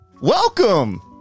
welcome